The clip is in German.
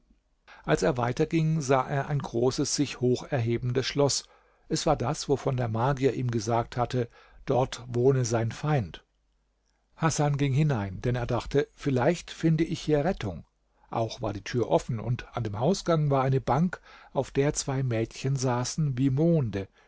als er weiter ging sah er ein großes sich hoch erhebendes schloß es war das wovon der magier ihm gesagt hatte dort wohne sein feind hasan ging hinein denn er dachte vielleicht finde ich hier rettung auch war die tür offen und an dem hausgang war eine bank auf der zwei mädchen saßen wie monde